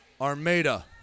Armada